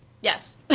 Yes